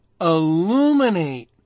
illuminate